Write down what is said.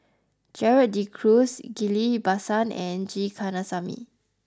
Gerald De Cruz Ghillie Basan and G Kandasamy